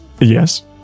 Yes